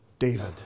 David